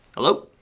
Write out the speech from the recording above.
hello?